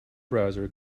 browser